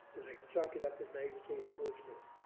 and i can chalk it up as naivete and foolishness.